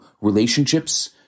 relationships